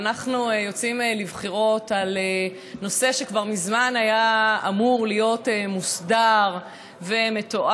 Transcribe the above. ואנחנו יוצאים לבחירות על נושא שכבר מזמן היה אמור להיות מוסדר ומתואם,